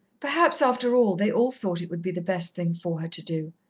perhaps, after all, they all thought it would be the best thing for her to do.